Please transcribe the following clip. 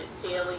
daily